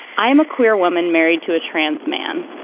i am a queer woman, married to a trans man.